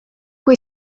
kui